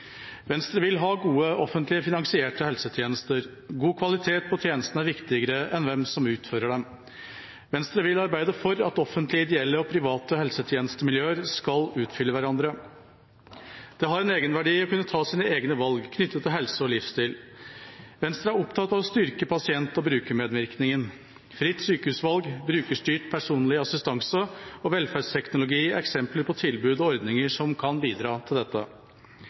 Venstre vil ha gode offentlig finansierte helsetjenester. God kvalitet på tjenestene er viktigere enn hvem som utfører dem. Venstre vil arbeide for at offentlige, ideelle og private helsetjenestemiljøer skal utfylle hverandre. Det har en egenverdi å kunne ta sine egne valg knyttet til helse og livsstil. Venstre er opptatt av å styrke pasient- og brukermedvirkningen. Fritt sjukehusvalg, brukerstyrt personlig assistanse og velferdsteknologi er eksempler på tilbud og ordninger som kan bidra til dette.